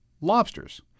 lobsters